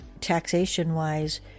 taxation-wise